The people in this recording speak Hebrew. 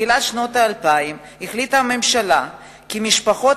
בתחילת שנות האלפיים החליטה הממשלה כי משפחות